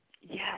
Yes